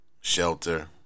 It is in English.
shelter